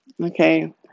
okay